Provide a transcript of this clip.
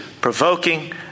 provoking